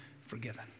forgiven